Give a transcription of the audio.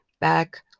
back